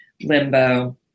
limbo